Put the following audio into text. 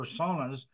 personas